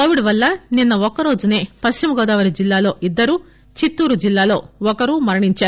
Covid వల్ల నిన్న ఒక్క రోజు పశ్చిమ గోదావరి జిల్లాలో ఇద్దరు చిత్తూరులో ఒకరు మరణించారు